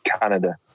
Canada